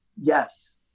yes